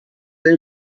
داری